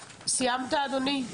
סיימת, אדוני?